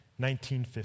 1950